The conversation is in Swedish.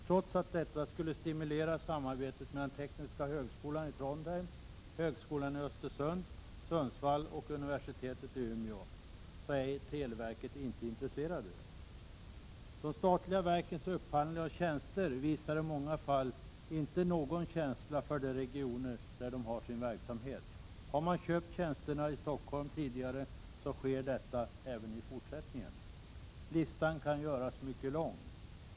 Trots att detta skulle stimulera samarbetet mellan Tekniska högskolan i Trondheim, högskolan i Östersund— Sundsvall och universitetet i Umeå är televerket inte intresserat. De statliga verken visar vid sin upphandling av tjänster i många fall inte någon känsla för de regioner där de har sin verksamhet. Har man tidigare köpt tjänsterna i Stockholm sker detta även i fortsättningen. Listan kan göras mycket lång.